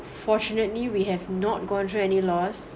fortunately we have not gone through any loss